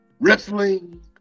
Wrestling